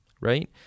right